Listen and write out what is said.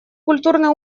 культурный